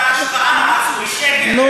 זה